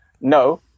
No